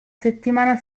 settimana